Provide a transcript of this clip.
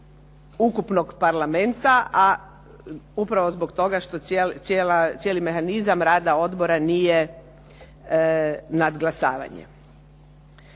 ukupnog parlamenta. A upravo zbog toga što cijeli mehanizam rada odbora nije nadglasavanje.